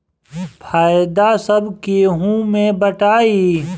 फायदा सब केहू मे बटाई